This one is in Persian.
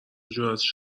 جراتش